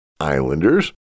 Islanders